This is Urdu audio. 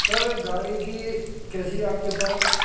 سر گاڑی کی کیسی ہے آپ کے پاس